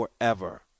forever